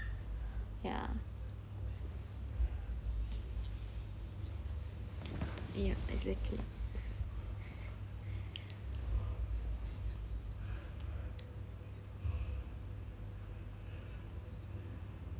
ya yes exactly